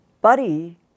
Buddy